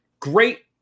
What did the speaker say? Great